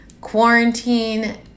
quarantine